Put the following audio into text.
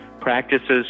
practices